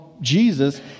Jesus